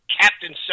captain